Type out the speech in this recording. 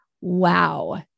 wow